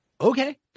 okay